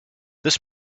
this